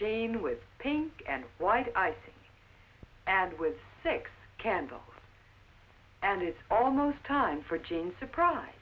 jamie with pink and white icing and with six candle and it's almost time for jane surprised